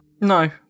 no